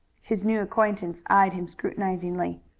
his new acquaintance eyed him scrutinizingly,